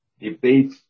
debate